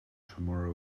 tomorrow